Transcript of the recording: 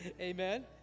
Amen